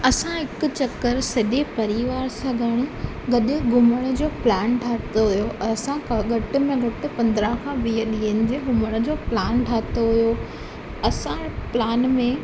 असां हिकु चकर सॼे परिवार सां गॾु गॾु घुमण जो प्लैन ठाहियो हुओ असां घटि में घटि पंद्रहं खां वीह ॾींहंनि जे घुमण जो प्लान ठाहियो हुओ असां प्लान में